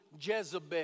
Jezebel